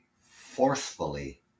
forcefully